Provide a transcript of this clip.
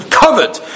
covered